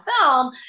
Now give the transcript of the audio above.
film